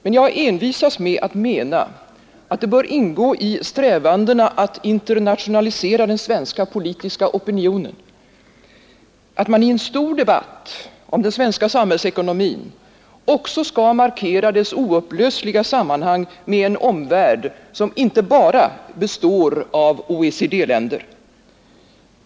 Men jag envisas med att mena att det bör ingå i strävandena att internationalisera den svenska politiska opinionen att man i en stor debatt om den svenska samhällsekonomin också skall markera dess oupplösliga sammanhang med en omvärld som inte bara består av OECD-länder.